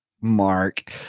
mark